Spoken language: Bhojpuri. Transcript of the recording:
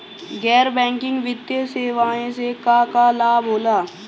गैर बैंकिंग वित्तीय सेवाएं से का का लाभ होला?